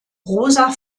rosa